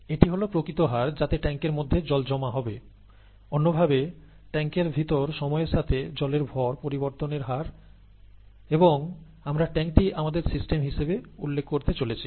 এটি হল প্রকৃত হার যাতে ট্যাংকের মধ্যে জল জমা হবে অন্য ভাবে ট্যাংকের ভিতর সময়ের সাথে জলের ভর পরিবর্তনের হার এবং আমরা ট্যাংকটি আমাদের সিস্টেম হিসেবে উল্লেখ করতে চলেছি